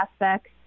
aspects